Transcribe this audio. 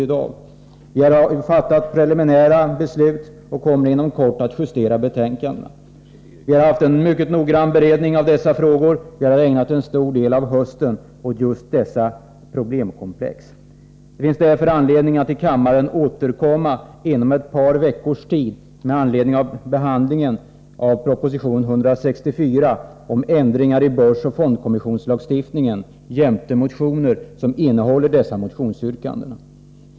Vi har där gjort preliminära ställningstaganden och kommer inom kort att justera betänkandena. Vi har haft en mycket noggrann beredning av de frågor det gäller och har ägnat en stor del av hösten åt just detta problemkomplex. Det finns därför anledning att i kammaren återkomma inom ett par veckors tid med anledning av behandlingen av proposition 164 om ändringar i börsoch fondkommissionslagstiftningen jämte motioner, där nu aktuella motionsyrkanden tas upp.